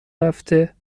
رفته